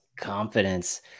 confidence